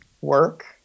work